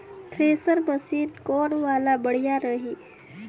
Thresher machine कौन वाला बढ़िया रही?